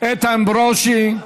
איתן ברושי.